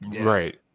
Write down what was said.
Right